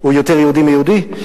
יותר יהודי מיהודי.